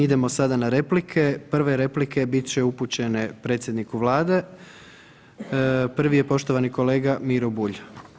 Idemo sada na replike, prve replike bit će upućene predsjedniku Vlade, prvi je poštovani kolega Miro Bulj.